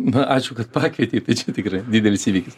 na ačiū kad pakvietei tai čia tikrai didelis įvykis